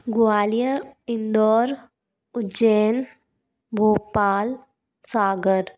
Gwalior Indore Ujjain Bhopal Sagar